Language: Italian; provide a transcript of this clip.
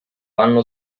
hanno